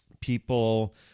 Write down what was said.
people